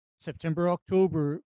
September-October